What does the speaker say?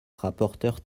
rapporteur